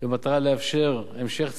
במטרה לאפשר המשך צמיחה,